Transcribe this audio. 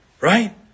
right